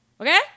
Okay